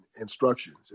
instructions